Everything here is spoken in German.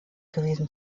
gewesen